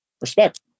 Respect